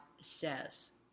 says